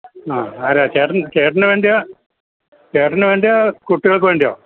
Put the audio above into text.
ആ ആരാണ് ചേട്ടൻ ചേട്ടന് വേണ്ടിയോ ചേട്ടന് വേണ്ടിയോ കുട്ടികൾക്ക് വേണ്ടിയോ